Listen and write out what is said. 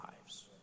lives